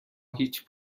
هیچ